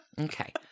Okay